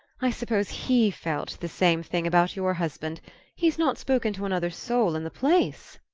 i suppose he felt the same thing about your husband he's not spoken to another soul in the place.